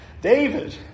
David